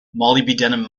molybdenum